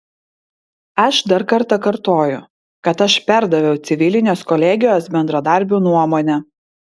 aš dar kartą kartoju kad aš perdaviau civilinės kolegijos bendradarbių nuomonę